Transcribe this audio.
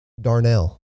darnell